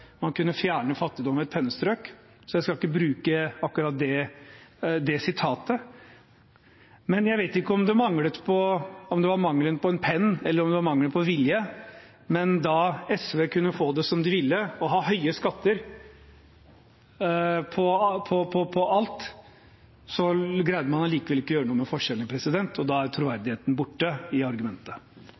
man kunne fjerne fattigdom med et pennestrøk. Så jeg skal ikke bruke akkurat det sitatet. Jeg vet ikke om det var mangelen på penn eller om det var mangelen på vilje, men da SV kunne få det som de ville og ha høye skatter på alt, greide man allikevel ikke å gjøre noe med forskjellene, og da er troverdigheten i argumentet